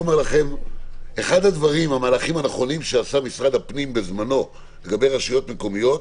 אחד המהלכים הנכונים שעשה משרד הפנים בזמנו לגבי רשויות מקומיות,